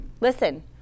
listen